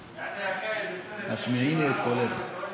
השמיעיני את קולך.